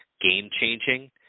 game-changing